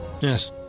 Yes